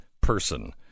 person